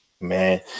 Man